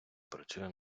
працює